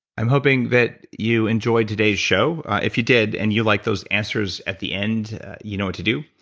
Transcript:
i'm hoping that you enjoyed today's show. if you did and you liked those answers, at the end you know what to do.